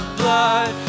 blood